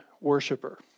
worshiper